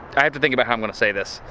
i have to think about how i'm gonna say this.